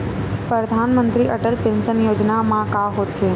परधानमंतरी अटल पेंशन योजना मा का होथे?